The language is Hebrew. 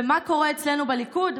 ומה קורה אצלנו בליכוד?